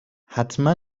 حتما